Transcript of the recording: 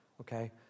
Okay